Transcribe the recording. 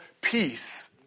peace